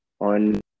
on